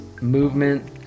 movement